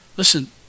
Listen